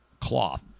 cloth